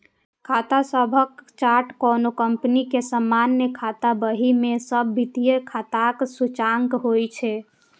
खाता सभक चार्ट कोनो कंपनी के सामान्य खाता बही मे सब वित्तीय खाताक सूचकांक होइ छै